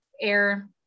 air